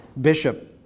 bishop